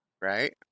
Right